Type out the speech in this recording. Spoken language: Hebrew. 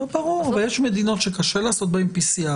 יש מדינות שקשה לעשות בהן PCR,